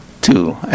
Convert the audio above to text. two